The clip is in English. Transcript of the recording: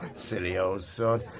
silly old sod,